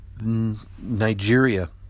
Nigeria